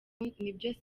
rusange